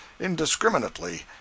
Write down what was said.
indiscriminately